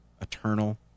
eternal